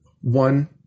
one